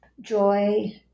joy